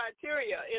criteria